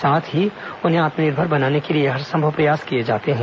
साथ उन्हें आत्मनिर्भर बनाने के लिए हरंसभव प्रयास किए जाते हैं